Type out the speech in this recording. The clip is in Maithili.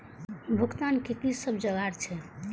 भुगतान के कि सब जुगार छे?